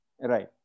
Right